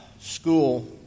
school